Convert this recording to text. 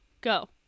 go